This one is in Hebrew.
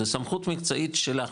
זו הסמכות המקצועית שלך.